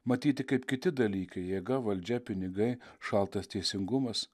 matyti kaip kiti dalykai jėga valdžia pinigai šaltas teisingumas